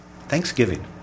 thanksgiving